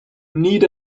need